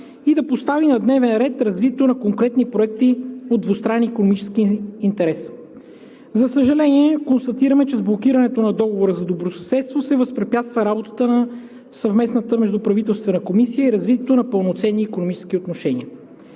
…и да постави на дневен ред развитието на конкретни проекти от двустранен икономически интерес. За съжаление, констатираме, че с блокирането на Договора за добросъседство се възпрепятства работата на Съвместната междуправителствена комисия и развитието на пълноценни икономически отношения.